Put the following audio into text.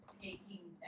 Taking